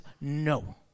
no